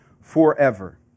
forever